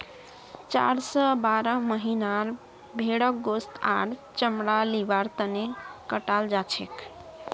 चार स बारह महीनार भेंड़क गोस्त आर चमड़ा लिबार तने कटाल जाछेक